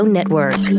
Network